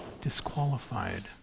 disqualified